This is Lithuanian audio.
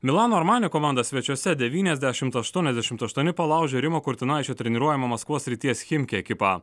milano armani komanda svečiuose devyniasdešimt aštuoniasdešimt aštuoni palaužė rimo kurtinaičio treniruojamą maskvos srities chimki ekipą